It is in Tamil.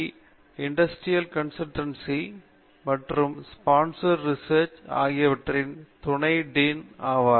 யில் இண்டஸ்ட்ரியல் கன்சல்டண்சி மற்றும் ஸ்பான்சர் ரெசெர்ச் ஆகியவற்றுக்கான துணை டீன் ஆவார்